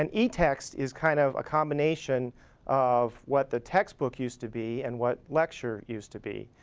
and etext is kind of a combination of what the textbook used to be and what lecture used to be.